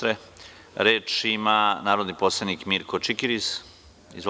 Reč ima narodni poslanik Mirko Čikiriz.